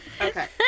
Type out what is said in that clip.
okay